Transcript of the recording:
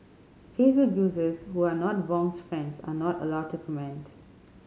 Facebook users who are not Wong's friends are not allowed to comment